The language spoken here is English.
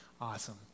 Awesome